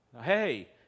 Hey